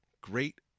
great